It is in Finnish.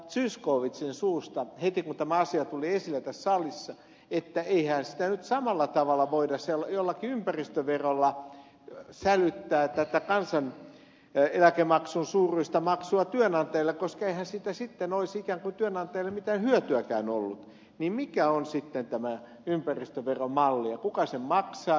zyskowiczin suusta heti kun tämä asia tuli esille tässä salissa että eihän sitä nyt samalla tavalla voida jollakin ympäristöverolla sälyttää tätä kansaneläkemaksun suuruista maksua työnantajille koska eihän siitä sitten olisi ikään kuin työnantajille mitään hyötyäkään ollut niin mikä on sitten tämä ympäristöveromalli ja kuka sen maksaa